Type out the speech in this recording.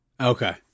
Okay